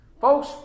Folks